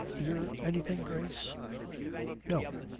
hear anything, grace no.